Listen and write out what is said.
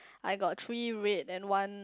I got three red and one